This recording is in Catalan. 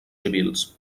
civils